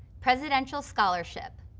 presidential scholarship.